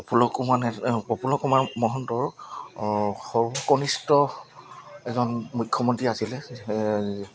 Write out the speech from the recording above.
প্ৰফুল্ল কুমাৰ নিচিনা অ' প্ৰফুল্ল কুমাৰ মহন্তৰ সৰু কনিষ্ট এজন মুখ্যমন্ত্ৰী আছিলে